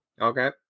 Okay